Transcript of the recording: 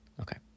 Okay